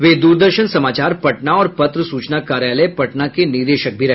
वे द्रदर्शन समाचार पटना और पत्र सूचना कार्यालय पटना के निदेशक भी रहे